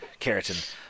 keratin